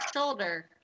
shoulder